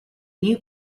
new